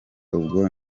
ubwo